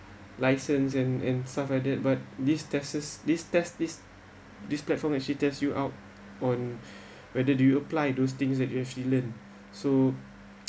license and and stuff like that but this tests this test this this platform actually tests you out on whether do you apply those things that you actually learn so